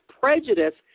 prejudice